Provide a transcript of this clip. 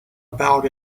about